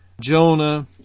Jonah